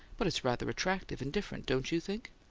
but it's rather attractive and different, don't you think?